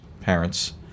parents